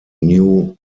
new